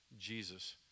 Jesus